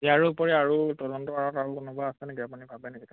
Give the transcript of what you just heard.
ইয়াৰোপৰি আৰু তদন্ত আৰু কোনোবা আছে নেকি আপুনি ভাবে নেকি তেনেকৈ